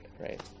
right